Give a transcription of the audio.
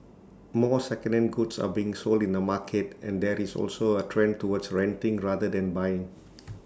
more secondhand goods are being sold in the market and there is also A trend towards renting rather than buying